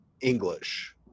English